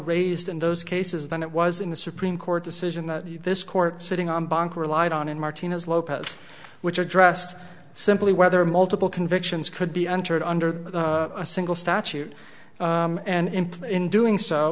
raised in those cases than it was in the supreme court decision that this court sitting on bank relied on in martina's lopez which addressed simply whether multiple convictions could be entered under a single statute and implied in doing so